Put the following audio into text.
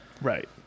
Right